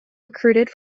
recruited